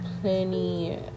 plenty